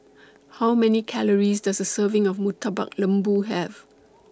How Many Calories Does A Serving of Murtabak Lembu Have